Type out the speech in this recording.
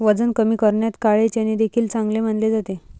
वजन कमी करण्यात काळे चणे देखील चांगले मानले जाते